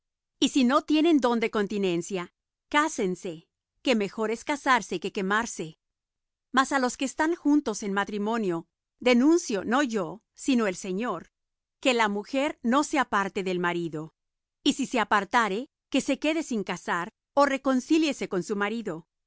y si no tienen don de continencia cásense que mejor es casarse que quemarse mas á los que están juntos en matrimonio denuncio no yo sino el señor que la mujer no se aparte del marido y si se apartare que se quede sin casar ó reconcíliese con su marido